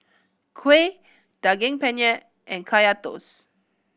kuih Daging Penyet and Kaya Toast